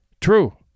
True